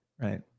right